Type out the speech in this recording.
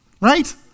right